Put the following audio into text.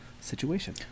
situation